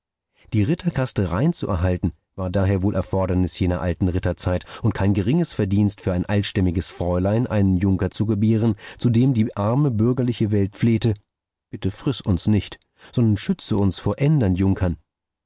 die ritterkaste rein zu erhalten war daher wohl erfordernis jener alten ritterzeit und kein geringes verdienst für ein altstämmiges fräulein einen junker zu gebären zu dem die arme bürgerliche welt flehte bitte friß uns nicht sondern schütze uns vor ändern junkern